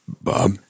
Bob